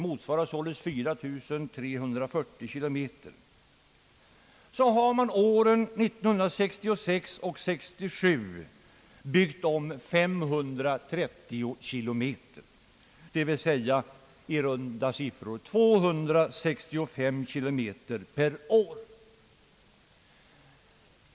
Under åren 1966 och 1967 har man byggt om 530 km, dvs. 265 km per år.